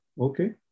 Okay